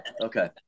okay